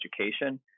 education